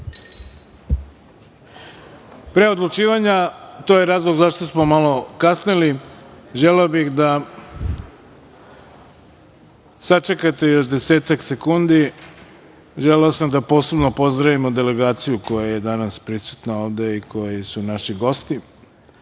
odlučivanja, to je razlog zašto smo malo kasnili, želeo bih da sačekate još desetak sekundi, jer sam želeo da posebno pozdravimo delegaciju koja je danas prisutna ovde i koji su naši gosti.